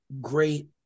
Great